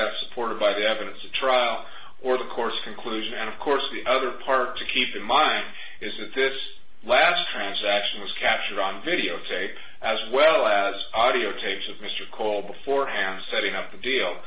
is supported by the evidence at trial or the course conclusion and of course the other part to keep in mind is that this last transaction was captured on videotape as well as audio tapes of mr cole beforehand setting up the deal